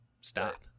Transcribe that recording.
stop